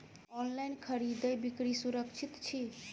online खरीदै बिक्री सुरक्षित छी